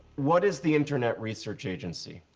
what is the internet research agency?